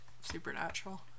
Supernatural